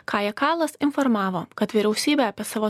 kaja kallas informavo kad vyriausybė apie savo